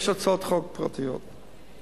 יש הצעות חוק פרטיות בצנרת.